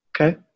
Okay